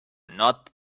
not